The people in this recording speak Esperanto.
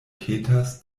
petas